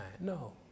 No